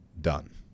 done